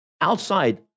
outside